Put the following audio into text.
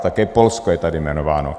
Také Polsko je tady jmenováno.